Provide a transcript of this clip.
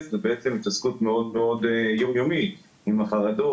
זה בעצם התעסקות מאוד מאוד יומיומית: עם החרדות,